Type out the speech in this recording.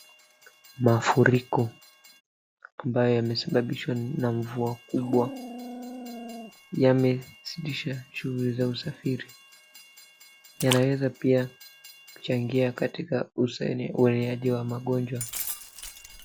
Mafuriko ambaye yamesababishwa na mvua kubwa yamesitisha shuguli za usafiri ,yanaweza pia kuchangia katika ueleaji wa magonjwa.